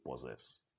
possess